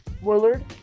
Willard